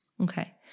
Okay